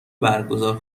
برگزار